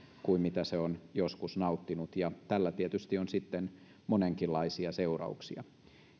kuin mitä se on joskus nauttinut ja tällä on tietysti sitten monenkinlaisia seurauksia